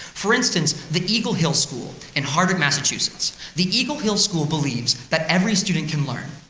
for instance, the eagle hill school, in hardwick, massachusetts. the eagle hill school believes that every student can learn.